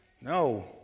No